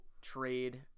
trade